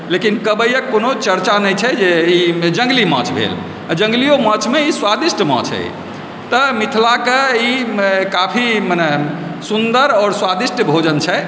कबैयक कोनो चर्चा नहि छै जे ई जङ्गली माछ भेल आओर जङ्गलियो माछमे ई स्वादिष्ट माछ अइ तऽ मिथिलाक ई काफी मने सुन्दर आओर स्वादिष्ट भोजन छै